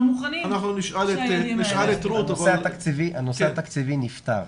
מוכנים שהילדים האלה --- הנושא התקציבי נפתר.